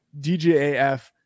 DJAF